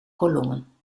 kolommen